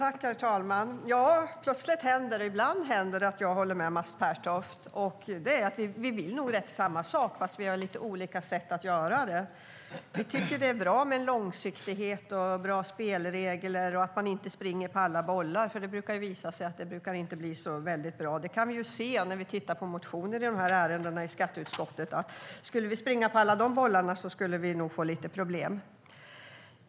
Herr talman! Ja, plötsligt händer det! Ibland händer det att jag håller med Mats Pertoft. Vi vill nog samma sak, men vi har lite olika sätt att göra det på. Vi tycker att det är bra med långsiktighet, bra spelregler och att man inte springer på alla bollar. Det brukar nämligen visa sig att det inte blir så bra, vilket vi kan se när vi tittar på motioner i de här ärendena i skatteutskottet. Skulle vi springa på alla de bollarna skulle vi nog få lite problem.